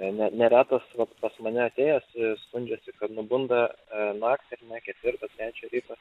ne ne neretas vat pas mane atėjęs skundžiasi kad nubunda naktį ar ne ketvirtą trečią ryto